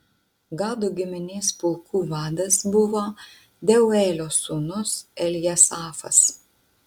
gado giminės pulkų vadas buvo deuelio sūnus eljasafas